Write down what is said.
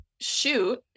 shoot